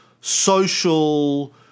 social